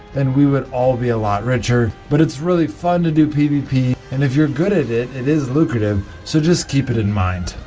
and we would all be a lot richer, but it's really fun to do pvp and if you're good at it it is lucrative so just keep it in mind.